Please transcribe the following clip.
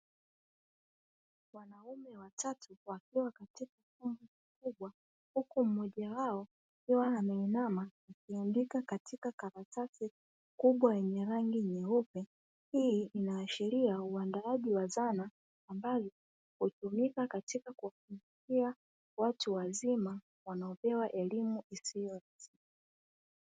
Wanaume watatu wakiwa katika chumba kikubwa huku mmojawao akiwa ameinama akiandika katika karatasi kubwa yenye rangi nyeupe. Hii inaashiria uandaaji wa zana ambazo hutumika katika kuwafundishia watu wazima wanaopewa elimu isiyo rasmi.